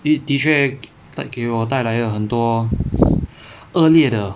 的的确给我带来了很多恶劣的